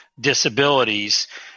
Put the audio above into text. disabilities